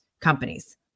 Companies